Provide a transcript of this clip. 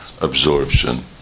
absorption